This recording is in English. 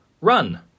RUN